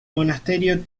monasterio